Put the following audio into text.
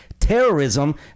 Terrorism